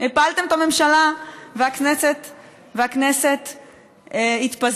הפלתם את הממשלה והכנסת התפזרה.